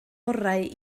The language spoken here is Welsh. orau